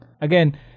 again